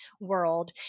world